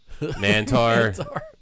Mantar